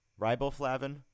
riboflavin